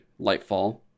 Lightfall